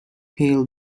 pale